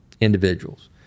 individuals